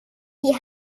die